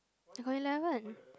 I got eleven